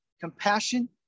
compassion